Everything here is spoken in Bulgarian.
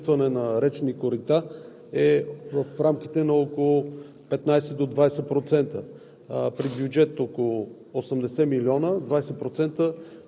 обезпечаването на превантивните дейности, и в частност почистването на речни корита е в рамките на около 15 до 20%.